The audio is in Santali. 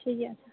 ᱴᱷᱤᱠ ᱜᱮᱭᱟ ᱟᱪᱪᱷᱟ